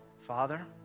Father